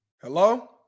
Hello